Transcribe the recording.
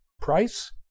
price